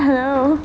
hello